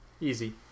easy